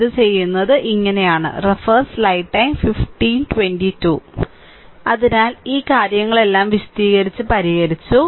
ഇത് ചെയ്യുന്നത് ഇങ്ങനെയാണ് അതിനാൽ ഈ കാര്യങ്ങളെല്ലാം വിശദീകരിച്ച് പരിഹരിച്ചു